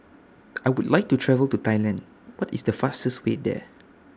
I Would like to travel to Thailand What IS The fastest Way There